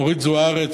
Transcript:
אורית זוארץ,